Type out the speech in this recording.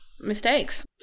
mistakes